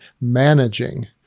managing